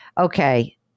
Okay